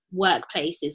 workplaces